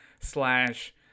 slash